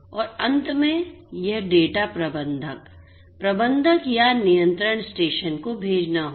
और अंत में यह डेटा प्रबंधक प्रबंधक या नियंत्रण स्टेशन को भेजना होगा